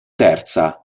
terza